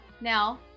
now